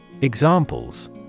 Examples